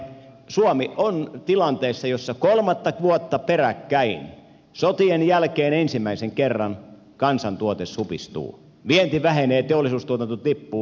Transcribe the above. suomi on tilanteessa jossa kolmatta vuotta peräkkäin sotien jälkeen ensimmäisen kerran kansantuote supistuu vienti vähenee teollisuustuotanto tippuu